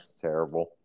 terrible